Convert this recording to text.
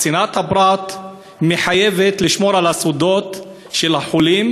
צנעת הפרט מחייבת לשמור על הסודות של החולים,